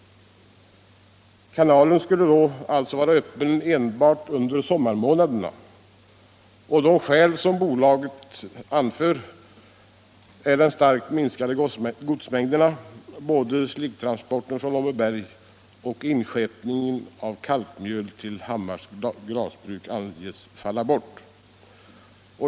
Kanalen skulle alltså var öppen enbart under sommarmånaderna. Det skäl som bolaget anför är de starkt minskade godsmängderna. Både sligtransporterna från Åmmeberg och inskeppningen av kalkmjöl till Hammars glasbruk anges falla bort.